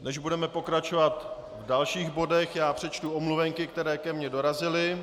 Než budeme pokračovat v dalších bodech, přečtu omluvenky, které ke mně dorazily.